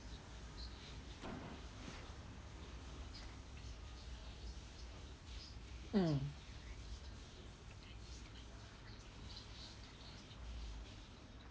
mm